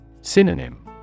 Synonym